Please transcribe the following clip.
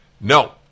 No